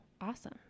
Awesome